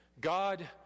God